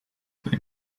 they